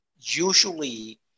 usually